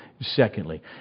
Secondly